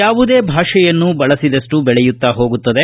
ಯಾವುದೇ ಭಾಷೆಯನ್ನು ಬಳಸಿದಷ್ಟು ಬೆಳೆಯುತ್ತಾ ಹೋಗುತ್ತದೆ